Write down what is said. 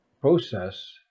process